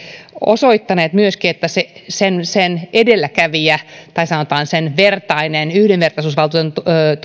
osoittaneet myöskin että sen sen edeltäjä tai sanotaan sen vertainen yhdenvertaisuusvaltuutetun